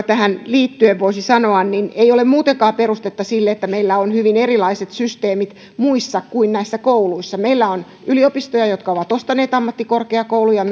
tähän liittyen voisi sanoa ei ole muutenkaan perustetta sille että meillä on hyvin erilaiset systeemit näissä kouluissa meillä on yliopistoja jotka ovat ostaneet ammattikorkeakouluja